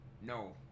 No